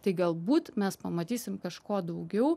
tai galbūt mes pamatysim kažko daugiau